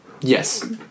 Yes